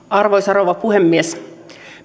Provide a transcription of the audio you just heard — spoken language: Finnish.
arvoisa rouva puhemies